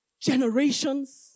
generations